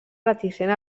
reticent